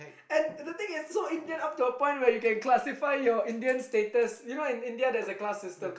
and the thing is so Indian up to a point where you can classify your Indian status like you know in Indian there's a class system